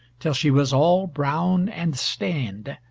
till she was all brown and stained.